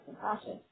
compassion